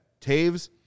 Taves